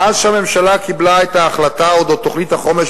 מאז קיבלה הממשלה את ההחלטה על תוכנית החומש,